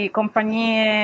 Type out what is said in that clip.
compagnie